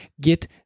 get